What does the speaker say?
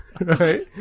right